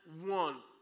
one